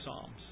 Psalms